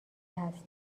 هستند